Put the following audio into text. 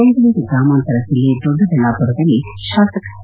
ಬೆಂಗಳೂರು ಗ್ರಾಮಾಂತರ ಜಿಲ್ಲೆ ದೊಡ್ಡಬಳ್ಳಾಪುರದಲ್ಲಿ ಶಾಸಕ ಟ